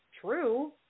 true